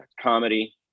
comedy